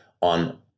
on